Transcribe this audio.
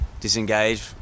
disengage